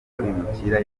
abimukira